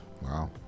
Wow